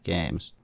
Games